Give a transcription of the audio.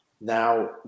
now